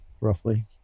Roughly